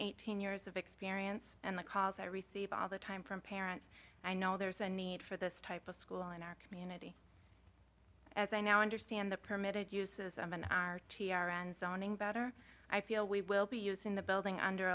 eighteen years of experience and the calls i receive all the time from parents i know there's a need for this type of school in our community as i now understand the permitted uses and zoning better i feel we will be using the building under